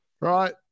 right